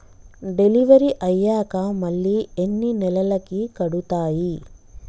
Delivery అయ్యాక మళ్ళీ ఎన్ని నెలలకి కడుతాయి?